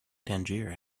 tangier